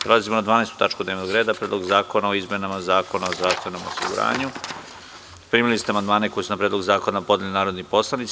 Prelazimo na 12. tačku dnevnog reda – PREDLOG ZAKONA O IZMENAMA ZAKONA O ZDRAVSTVENOM OSIGURANjU Primili ste amandmane koje su na predlog zakona podneli narodni poslanici.